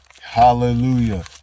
Hallelujah